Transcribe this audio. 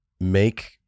make